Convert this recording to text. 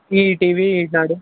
ETV Eenadu